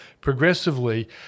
progressively